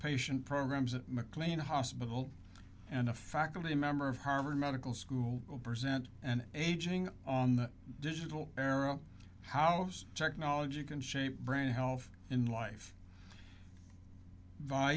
patient programs at mclean hospital and a faculty member of harvard medical school present an aging on the digital era house technology can shape brain health in life by